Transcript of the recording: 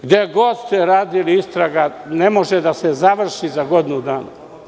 Gde god ste radili istraga ne može da se završi za godinu dana.